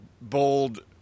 bold